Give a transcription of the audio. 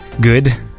good